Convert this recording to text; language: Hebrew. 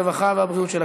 הרווחה והבריאות נתקבלה.